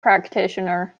practitioner